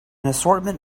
assortment